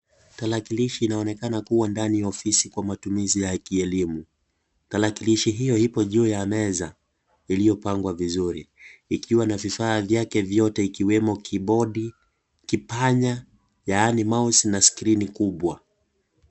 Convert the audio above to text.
Tarakilishi inaonekana kuwa ndani ya ofisi kwa matumizi ya kielimu, tarakiliishi hio ipo juu ya meza iliyopangwa vizuri ikiwa na vifaa vyake vyote ikiwemo kibodi, kipanya yaani(cs)mouse(cs) na skrini kubwa.